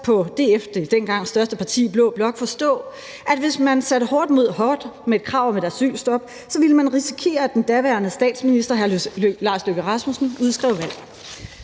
på DF – det dengang største parti i blå blok – forstå, at hvis man satte hårdt mod hårdt med et krav om et asylstop, ville man risikere, at den daværende statsminister, hr. Lars Løkke Rasmussen, udskrev valg.